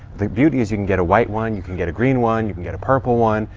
the beauty is you can get a white one, you can get a green one, you can get a purple one.